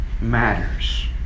matters